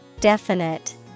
Definite